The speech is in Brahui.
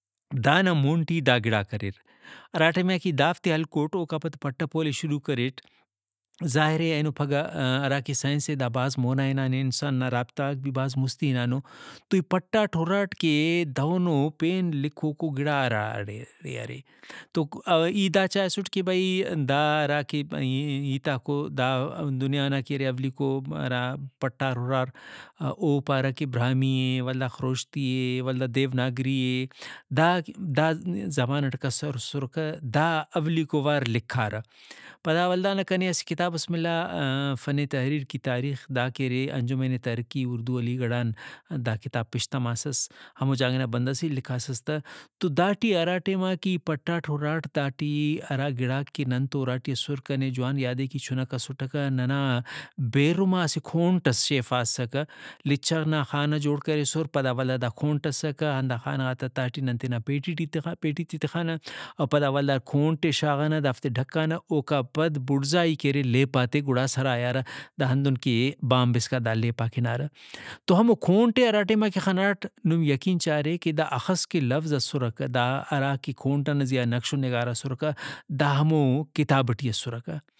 دانا مون ٹی دا گڑاک اریر۔ ہراٹائما کہ دافتے ہلکٹ اوکا پد پٹ ءَ پول ئے شروع کریٹ ظاہرے اینو پھگہ ہراکہ سائنس اے دا بھاز مونا ہنانے انسان نا رابطہ غاک بھاز مُستی ہنانو توای پٹاٹ ہُراٹ کہ دہنو پین لکھوکو گڑا ہراڑے ارےتو اور ای دا چاہسٹ کہ بھئی دا ہراکہ ای ہیتاکو دا دنیا نا کہ ارے اولیکو ہرا پٹار ہُرار او پارہ کہ براہمی اے ولدا خُشتی اے ولدا دیوناگری اے داک دا زبان ٹی کس اسرکہ دا اولیکو وار لکھارہ پدا ولدانا کنے اسہ کتابس ملا فن تحریر کی تاریخ دا کہ ارے انجمن تحریک اردو علی گڑھ آن دا کتاب پیشتماسس ہمو جاگہ نا بندغس ہی لکھاسس تہ تو داٹی ہرا ٹائماکہ ای پٹاٹ ہُراٹ دا ٹی ہرا گڑاک کہ ننتو اُراٹی اسر کنے جوانے کہ ای چُھنک اسٹکہ ننا بیرُم آ اسہ کھونٹس شیفا اسکہ لچغ نا خانہ جوڑ کریسُر پدا ولدا دا کھونٹ اسکہ ہندا خانہ غاتا تہٹی نن تینا پیٹی ٹی تخا پیٹی تے تخانہ اور پدا ولدا کھونٹے شاغانہ دافتے ڈھکانہ اوکا پد بڑزائی کہ ارے لیپاتے گڑا سرایارہ دا ہندن کہ بامب اسکا دا لیپاک ہنارہ۔ تو ہمو کھونٹے ہراٹائماکہ خناٹ نم یقین چارے کہ دا ہخس لوظ اسرکہ دا ہرا کہ کھونٹ ئنا زیہا نقش ؤ نگار اسرکہ دا ہمو کتاب ٹی اسرکہ